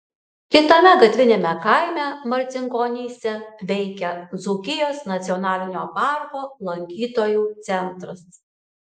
kitame gatviniame kaime marcinkonyse veikia dzūkijos nacionalinio parko lankytojų centras